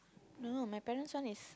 no no my parents one is